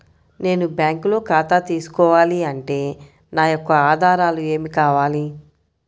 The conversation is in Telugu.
నేను బ్యాంకులో ఖాతా తీసుకోవాలి అంటే నా యొక్క ఆధారాలు ఏమి కావాలి?